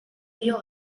dio